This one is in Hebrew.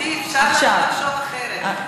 גברתי, אפשר לחשוב אחרת.